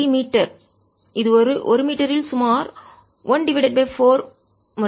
3 metre இது 1 metre இல் சுமார் 14 முறை